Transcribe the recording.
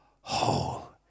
whole